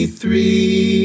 three